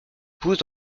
pousse